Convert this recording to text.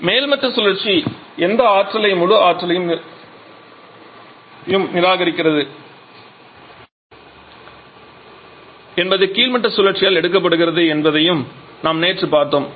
மேல்மட்ட சுழற்சி எந்த ஆற்றலை முழு ஆற்றலையும் நிராகரிக்கிறது என்பது கீழ்மட்ட சுழற்சியால் எடுக்கப்படுகிறது என்பதை நாம் நேற்று பார்த்தோம்